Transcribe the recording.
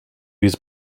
was